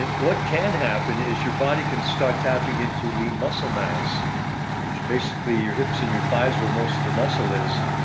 and what can happen is your body can start tapping into lean muscle mass which basically your hips and your thighs where most of the muscle is,